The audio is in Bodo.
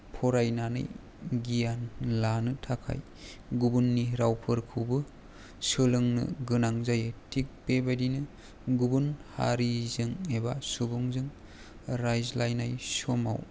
फरायनानै गियान लानो थाखाय गुबुननि रावफोरखौबो सोलोंनो गोनां जायो थिग बेबायदिनो गुबुन हारिजों एबा सुबुंजों रायज्लायनाय समाव